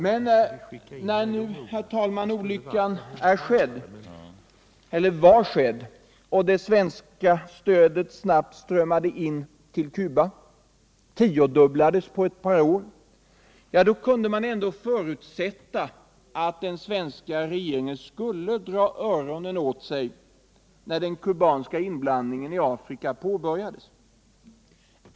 Men när nu olyckan var skedd och det svenska stödet snabbt strömmade in till Cuba — det tiodubblades på ett par år — kunde man ändå förutsätta att den svenska regeringen skulle dra öronen åt sig när den kubanska inblandningen i Afrika påbörjades.